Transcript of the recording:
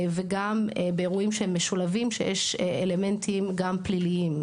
וגם באירועים שהם משולבים שיש אלמנטים גם פליליים,